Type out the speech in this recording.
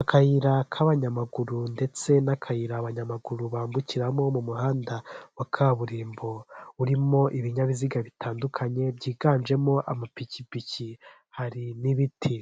Akayira k'abanyamaguru ndetse n'akayira abanyamaguru bambukiramo mu muhanda wa kaburimbo urimo ibinyabiziga bitandukanye byiganjemo amapikipiki hari n'ibiti.